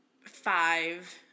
five